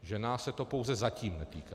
Že nás se to pouze zatím netýká.